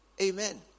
Amen